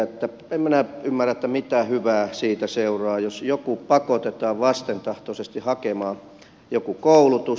en minä ymmärrä mitä hyvää siitä seuraa jos joku pakotetaan vastentahtoisesti hakemaan joku koulutus